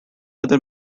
other